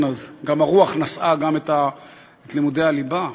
הרוח נשאה גם את לימודי הליבה.